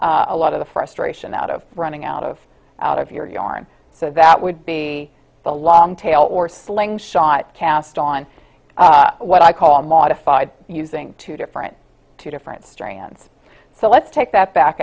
a lot of the frustration out of running out of out of your yarn so that would be the long tail or slingshot cast on what i call modified using two different two different strands so let's take that back